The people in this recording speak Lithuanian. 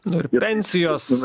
nu ir pensijos